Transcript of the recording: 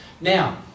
Now